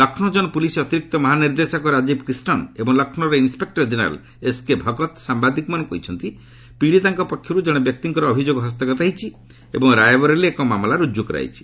ଲକ୍ଷ୍ନୌ କୋନ୍ ପୁଲିସ୍ ଅତିରିକ୍ତ ମହାନିର୍ଦ୍ଦେଶକ ରାଜୀବ କ୍ରିଷ୍ଣନ୍ ଏବଂ ଲକ୍ଷ୍ନୌର ଇନ୍ସପେକ୍କର ଜେନେରାଲ୍ ଏସ୍କେ ଭଗତ୍ ସାମ୍ବାଦିକମାନଙ୍କୁ କହିଛନ୍ତି ପିଡ଼ିତାଙ୍କ ପକ୍ଷରୁ ଜଣେ ବ୍ୟକ୍ତିଙ୍କର ଅଭିଯୋଗ ହସ୍ତଗତ ହୋଇଛି ଏବଂ ରାୟବରେଲିରେ ଏକ ମାମଲା ରୁଜୁ କରାଯାଇଛି